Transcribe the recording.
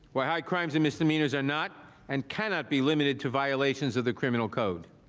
why high crimes and misdemeanors are not and cannot be limited to violations of the criminal code.